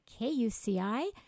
KUCI